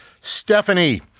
Stephanie